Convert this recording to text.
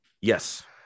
Yes